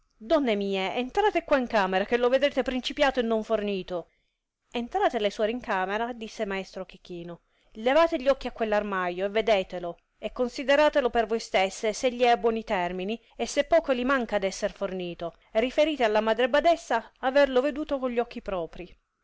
donne mie entrate qua in camera che lo vedrete principiato e non fornito entrate le suori in camera disse maestro chechino levate gli occhi a queir armalo e vedetelo e consideratelo per voi stesse se gli è a buoni termini e se oco li manca ad esser fornito e riferite alla madre badessa averlo veduto con li